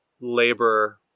labor